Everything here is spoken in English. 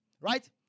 Right